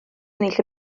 ennill